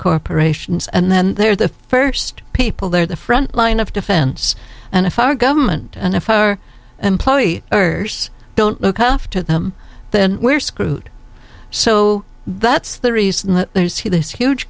corporations and then they're the first people they're the front line of defense and if our government and if our employee or don't look after them then we're screwed so that's the reason that there's he this huge